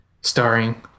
starring